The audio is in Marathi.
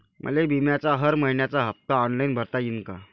मले बिम्याचा हर मइन्याचा हप्ता ऑनलाईन भरता यीन का?